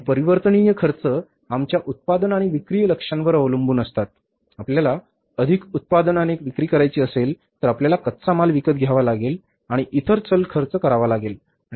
आणि परिवर्तनीय खर्च आमच्या उत्पादन आणि विक्री लक्ष्यांवर अवलंबून असतात आपल्याला अधिक उत्पादन आणि विक्री करायची असेल तर आपल्याला कच्चा माल विकत घ्यावा लागेल आणि इतर चल खर्च करावा लागेल